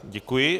Děkuji.